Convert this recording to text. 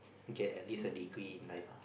get at least a degree in life ah